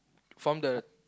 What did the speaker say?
from the